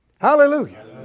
Hallelujah